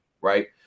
Right